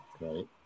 Right